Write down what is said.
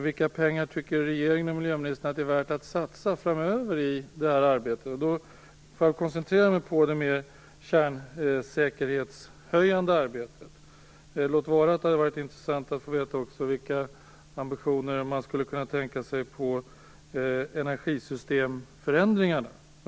Vilka pengar tycker regeringen och miljöministern att det är värt att satsa framöver i det här arbetet? Jag koncentrerar mig på kärnsäkerhetshöjande arbetet, låt vara att det hade varit intressant att få veta vilka ambitioner man skulle kunna tänka sig när det gäller energisystemförändringar.